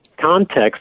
context